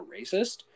racist